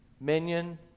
minion